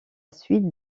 suite